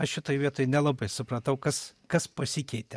aš šitoj vietoj nelabai supratau kas kas pasikeitė